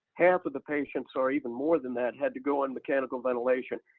half of the patients, or even more than that had to go on mechanical ventilation.